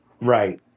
Right